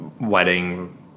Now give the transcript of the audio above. wedding